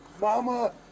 mama